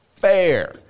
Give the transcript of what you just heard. fair